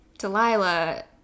Delilah